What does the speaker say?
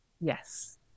yes